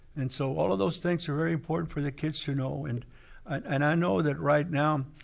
and so all of those things are very important for the kids to know and and i know that right now,